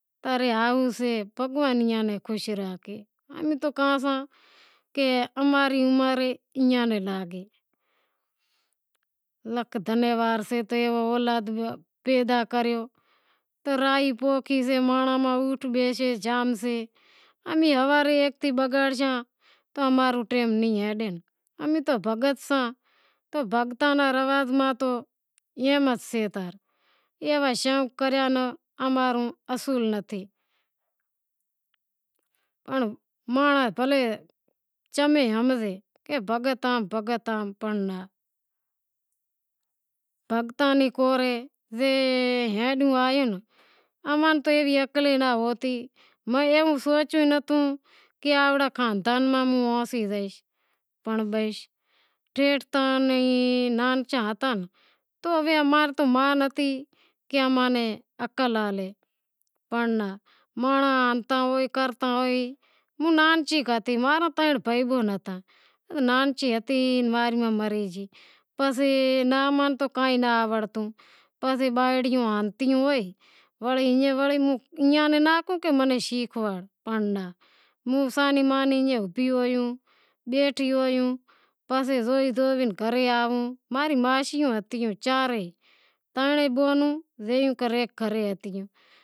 پنڑ ہائو شے بھگوان ایئاں نی خوش راکھے امیں تو کہاساں اماں ری عمر بھی ایئاں نیں لاگے بھلاں لاکھ دھنیواد سے کہ ایوو اولاد پیدا کریو تو راہی پوکھی سے مانڑاں میں اوٹھ بیش زام سے امیں ہواری زے بگڑشاں تو امارو ٹیم نیں ہلے امیں تو بھگت سے تو بھگتاں نی رواج میں تو ای بات سے ایوا شوق کریانو امارو اصول نتھی، پنڑ مانڑاں بھلے چم ئے ہمزیں بھگت آں بھگت آں پنڑ ناں بھگتاں نی کور اے زے ہیلو آیوں تو ماں نی تو ایوی عقل ئی ناں ہوتی میں ایوو سوچیو ئی نتھوں کہ آوڑا خاندان ماں ہوں زائیس، پنڑ نانچا ہتا تو اماری تو ما نتھی کہ ماں نیں عقل ہالے پنڑ ناں مانڑاں کہتا وہ کرتی ہوں نانچنچی ہتی ماں را ترن بیہن بھائی ہتا ہوں نانچی ہتی تو ماں ری ماں مرے گئی پسے ناں منیں تو کائیں ناں ونڑتو پسے بائڑیوں ہتیوں تو ایئاں نی ناں کہیو تو منیں شیکھواڑ پنڑ ناں موں سانی مانی بیٹھیوں پسے زوئے زوئے گھرے آووں، ماں رو ماشیوں ہتیوں چار ترن ئے بہونوں